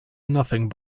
nothing